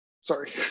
Sorry